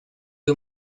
you